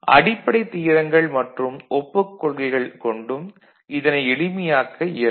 அடிப்படைத் தியரங்கள் மற்றும் ஒப்புக் கொள்கைகள் கொண்டும் இதனை எளிமையாக்க இயலும்